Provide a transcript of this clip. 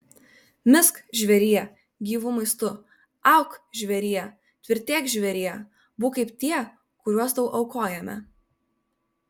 misk žvėrie gyvu maistu auk žvėrie tvirtėk žvėrie būk kaip tie kuriuos tau aukojame